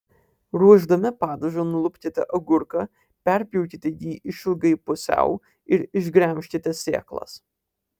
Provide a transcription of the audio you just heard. ruošdami padažą nulupkite agurką perpjaukite jį išilgai pusiau ir išgremžkite sėklas